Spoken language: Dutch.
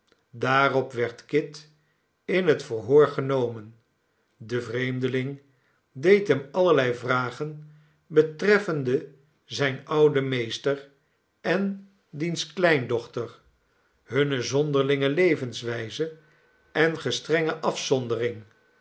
daarop werd kit in het verhoor genomen de vreemdeling deed hem allerlei vragen betreffende zijn ouden meester en diens kleindochter hunne zonderlinge levenswijze en gestrenge afzondering